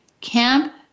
Camp